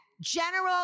General